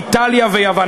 איטליה ויוון.